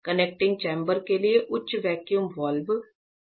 connecting chamber के लिए उच्च वैक्यूम वाल्व है